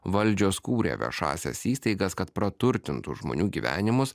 valdžios kūrė viešąsias įstaigas kad praturtintų žmonių gyvenimus